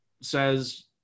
says